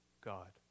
God